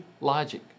logic